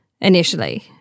initially